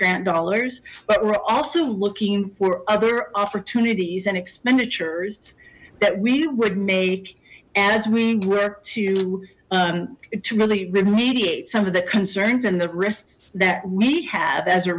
grant dollars but we're also looking for other opportunities and expenditures that we would make as we work to to really remediates some of the concerns and the wrists that we have as it